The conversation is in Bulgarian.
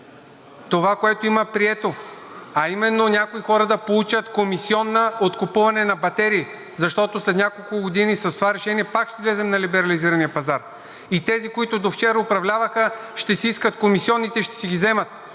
това, което има прието, а именно някои хора да получат комисиона от купуване на батерии. Защото след няколко години с това решение пак ще излезем на либерализирания пазар. И тези, които до вчера управляваха, ще си искат комисионите и ще си ги вземат.